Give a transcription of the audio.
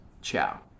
Ciao